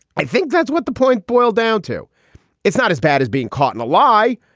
i think that's what the point boils down to it's not as bad as being caught in a lie,